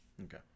Okay